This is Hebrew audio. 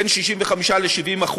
בין 65% ל-70%.